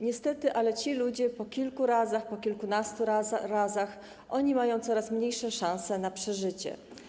Niestety, ci ludzie po kilku razach, po kilkunastu razach mają coraz mniejsze szanse na przeżycie.